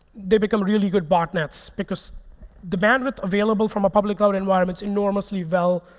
they become really good botnets. because the bandwidth available from a public cloud environment's enormously well